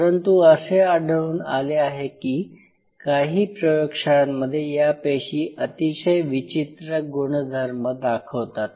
परंतु असे आढळून आले आहे की काही प्रयोगशाळांमध्ये या पेशी अतिशय विचित्र गुणधर्म दाखवतात